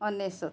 ଅନେଶତ